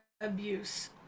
abuse